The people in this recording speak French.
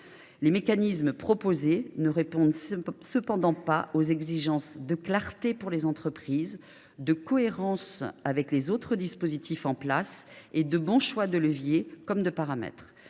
Les mécanismes ici proposés ne répondent cependant pas aux exigences de clarté pour les entreprises, de cohérence avec les autres dispositifs en vigueur et de bon choix de levier comme de périmètre.